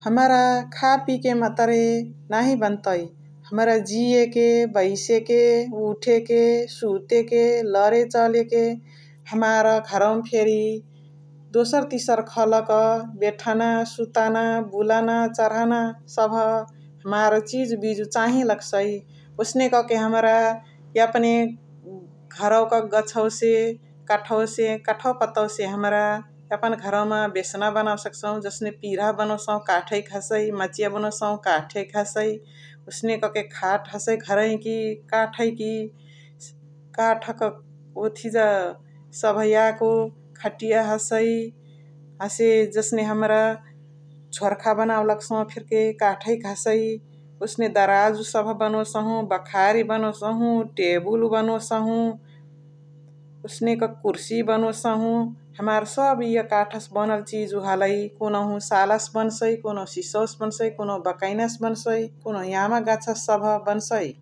हमरा खापिके मतुरे नाहि बनताई । हमरा जियके, वेसके, उठकै सुतक, लरे चलके हमार घरवमा फेरी दोसर तिसर खलक बेठन, सुतना, बुलना, चराहना, सबह हमार चाहे लगसाइ । ओसने कके हमरा एपने घरवक गछवसे कठवसे, कठवा पतवासे हमरा यापन घरमा बेसना बनोवे सकसाहु । जसनेकी पिर्हा बनोसहु काठैक हसइ, मचिया बनोसहु काठैक हसइ, ओसने कके काठ्क हसइ घरैकी काठैकी । काठक ओथिया सबह याको खटिया हसइ । हसे जदने हमरा झोर्खा बनावे लगसाहु फेरिके काथैक हसइ । ओसने दराजउ सबह बनोसहु । बखारी बनोसहु । टेबुलु बनोसहु । ओसने कके कुर्शी बनोसहु । हमरा सबह य काठसे बनल चिज हलइ । कुनुहु सालसे बनसाइ, कुनुहु सिसैसे बनसाइ, कुनुहु बकैनासे बनसइ, कुनुहु यामक गाछसे सबह बनसइ ।